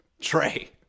trey